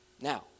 now